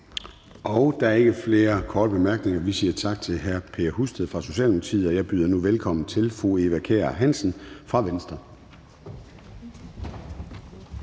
Der er ikke flere korte bemærkninger, så vi siger tak til hr. Per Husted fra Socialdemokratiet. Jeg byder nu velkommen til fru Eva Kjer Hansen fra Venstre.